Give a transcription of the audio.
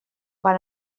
van